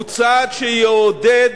הוא צעד שיעודד